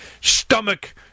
stomach